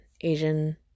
Asian